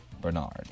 Bernard